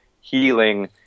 healing